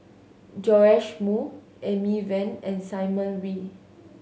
Joash Moo Amy Van and Simon Wee